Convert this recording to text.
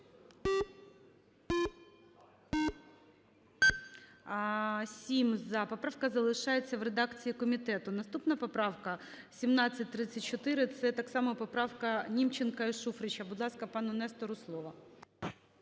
За-7 Поправка залишається в редакції комітету. Наступна поправка 1734, це так само поправка Німченка і Шуфрича. Будь ласка, пану Нестору слово.